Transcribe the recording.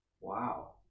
Wow